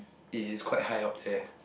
it is quite high up there